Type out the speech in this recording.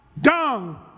dung